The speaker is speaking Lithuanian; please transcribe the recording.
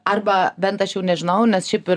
arba bent aš jau nežinau nes šiaip ir